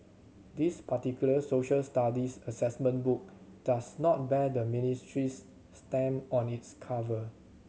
this particular Social Studies assessment book does not bear the ministry's stamp on its cover